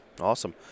Awesome